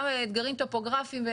גם אתגרים טופוגרפיים,